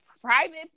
private